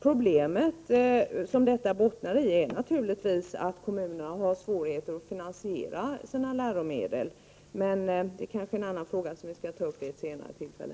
Problemet bottnar naturligtvis i att kommunerna har svårigheter att finansiera sina läromedel. Det är då kanske en annan fråga som vi skall ta upp vid ett senare tillfälle.